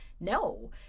No